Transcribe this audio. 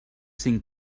cinc